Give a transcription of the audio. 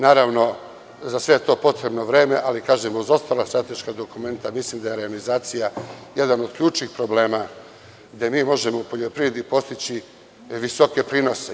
Naravno, za sve to je potrebno vreme, ali kažem, uz ostala strateška dokumenta, mislim da je reonizacija jedan od ključnih problema gde možemo u poljoprivredi postići visoke prinose.